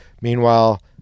Meanwhile